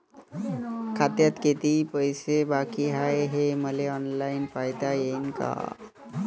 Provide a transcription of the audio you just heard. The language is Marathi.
खात्यात कितीक पैसे बाकी हाय हे मले ऑनलाईन पायता येईन का?